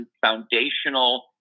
foundational